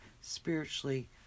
spiritually